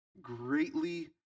greatly